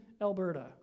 Alberta